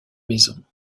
maison